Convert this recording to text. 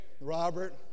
Robert